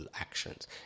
actions